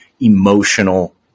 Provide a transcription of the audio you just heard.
emotional